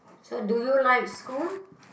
so do you like school